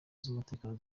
z’umutekano